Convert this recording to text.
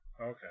Okay